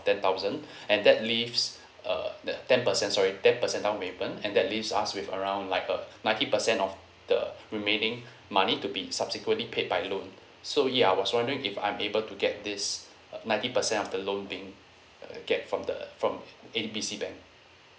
ten thousand and that leaves uh the ten percent sorry ten percent down payment and that leaves us with around like a ninety percent of the remaining money to be subsequently paid by loan so ya I was wondering if I'm able to get this uh ninety percent of the loan being uh get from the from A B C bank